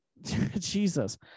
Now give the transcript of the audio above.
Jesus